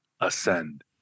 ascend